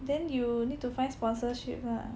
then you need to find sponsorship lah